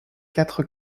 quatre